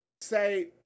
say